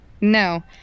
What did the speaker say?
No